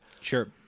Sure